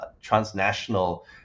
transnational